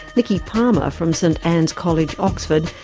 nikki palmer from st anne's college oxford,